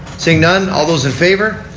seeing none all those in favor.